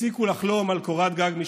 שהפסיקו לחלום על קורת גג משלהם.